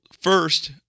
first